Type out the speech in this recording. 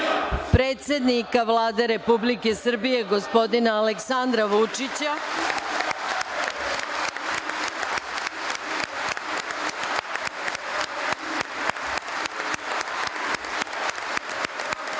predsednika Vlade Republike Srbije gospodina Aleksandra Vučića,